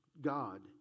God